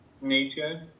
Nature